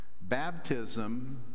Baptism